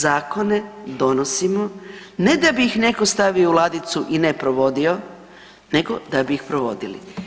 Zakone donosimo ne da bi ih netko stavio u ladicu i ne provodio nego da bi ih provodili.